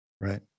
Right